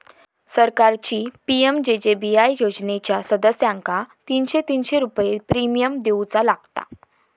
सरकारची पी.एम.जे.जे.बी.आय योजनेच्या सदस्यांका तीनशे तीनशे रुपये प्रिमियम देऊचा लागात